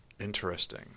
Interesting